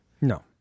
No